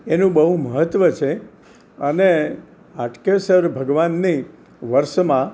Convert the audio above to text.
એનું બહુ મહત્વ છે અને હાટકેશ્વર ભગવાનને